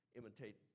imitate